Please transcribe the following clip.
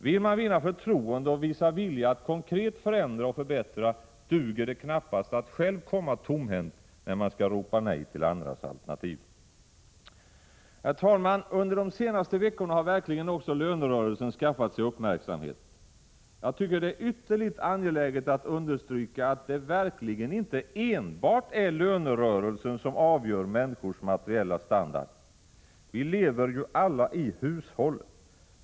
Vill man vinna förtroende och visa vilja att konkret förändra och förbättra, duger det knappast att själv komma tomhänt när man skall ropa nej till andras alternativ. Under de senaste veckorna har verkligen också lönerörelsen skaffat sig uppmärksamhet. Jag tycker att det är ytterligt angeläget att understryka, att det förvisso inte enbart är lönerörelsen som avgör människors materiella standard. Vi lever ju alla i hushåll.